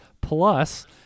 Plus